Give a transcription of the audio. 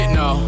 no